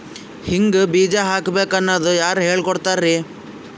ಹಿಂಗ್ ಬೀಜ ಹಾಕ್ಬೇಕು ಅನ್ನೋದು ಯಾರ್ ಹೇಳ್ಕೊಡ್ತಾರಿ?